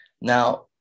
Now